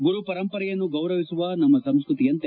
ಗುರು ಪರಂಪರೆಯನ್ನು ಗೌರವಿಸುವ ನಮ್ನ ಸಂಸ್ಕತಿಯಂತೆ